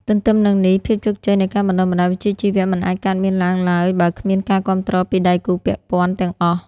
ទន្ទឹមនឹងនេះភាពជោគជ័យនៃការបណ្តុះបណ្តាលវិជ្ជាជីវៈមិនអាចកើតមានឡើងឡើយ បើគ្មាន ការគាំទ្រពីដៃគូពាក់ព័ន្ធ ទាំងអស់។